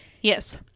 Yes